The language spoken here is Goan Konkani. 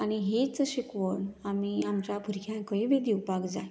आनी हीच शिकवण आमी आमच्या भुरग्यांकय बी दिवपाक जाय